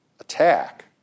attack